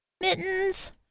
mittens